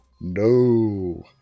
No